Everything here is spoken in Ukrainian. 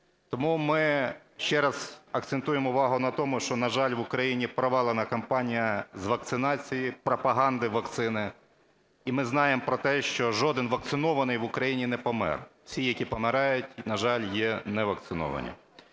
Тому ми ще раз акцентуємо увагу на тому, що, на жаль, в Україні провалена кампанія з вакцинації, пропаганди вакцини, і ми знаємо про те, що жодний вакцинований в Україні не помер. Всі, які помирають, на жаль, є не вакциновані.